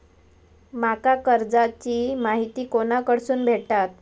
माका कर्जाची माहिती कोणाकडसून भेटात?